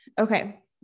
Okay